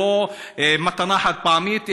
לא מתנה חד-פעמית,